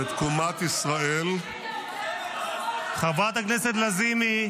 -- ותקומת ישראל ------ חברת הכנסת לזימי,